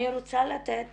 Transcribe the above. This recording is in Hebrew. אני רוצה לתת